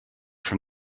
from